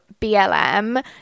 BLM